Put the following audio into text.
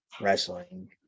wrestling